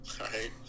right